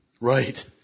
right